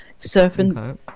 surfing